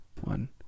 one